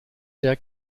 der